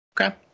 Okay